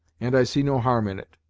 and i see no harm in it.